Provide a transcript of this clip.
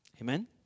Amen